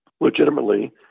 legitimately